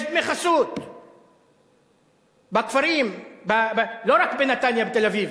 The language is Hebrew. יש דמי חסות בכפרים, לא רק בנתניה ותל-אביב.